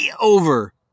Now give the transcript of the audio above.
over